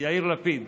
יאיר לפיד,